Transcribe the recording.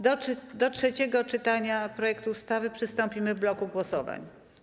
Do trzeciego czytania projekt ustawy przystąpimy w bloku głosowań.